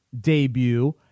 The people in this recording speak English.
debut